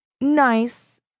nice